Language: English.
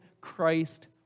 Christ